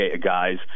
guys